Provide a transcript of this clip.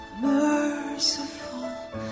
merciful